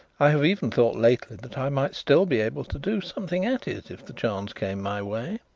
i have even thought lately that i might still be able to do something at it if the chance came my way.